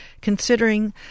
considering